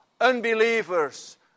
unbelievers